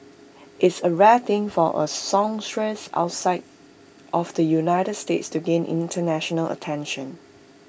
it's A rare thing for A songstress outside of the united states to gain International attention